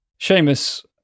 Seamus